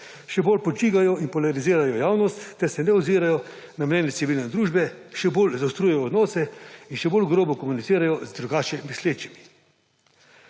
Še bolj podžigajo in polarizirajo javnost ter se ne ozirajo na mnenje civilne družbe, še bolj zaostrujejo odnose in še bolj grobo komunicirajo z drugače mislečimi.